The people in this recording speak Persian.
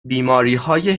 بیماریهای